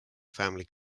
family